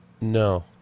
No